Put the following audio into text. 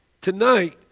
Tonight